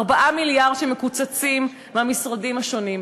4 מיליארד שמקוצצים מהמשרדים השונים,